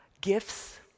gifts